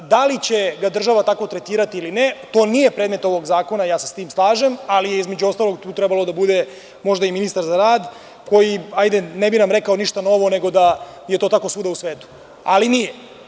Da li će ga država tako tretirati ili ne, to nije predmet ovog zakona, ja se s tim slažem, ali je između ostalog tu trebalo da bude možda i ministar za rad koji, hajde, ne bi nam rekao ništa novo nego da je to tako svuda u svetu, ali nije.